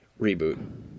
reboot